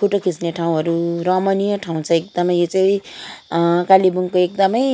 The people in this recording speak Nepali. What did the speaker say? फोटो खिच्ने ठाउँहरू रमणीय ठाउँ छ यो चाहिँ कालेबुङको एकदमै